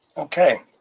okay.